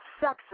sex